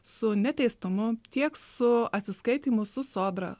su ne teistumu tiek su atsiskaitymu su sodra